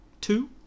two